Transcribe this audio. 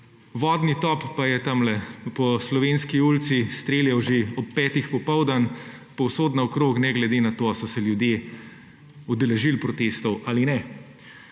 vodni top pa je tamle po Slovenski ulici streljal že ob petih popoldan povsod naokrog, ne glede na to, ali so se ljudje udeležili protestov ali ne.